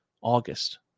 August